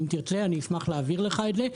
אם תרצה אני אשמח להעביר לך את זה,